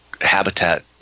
habitat